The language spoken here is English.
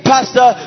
Pastor